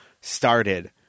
started